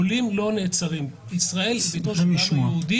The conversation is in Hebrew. עולים לא נעצרים, ישראל היא ביתו של העם היהודי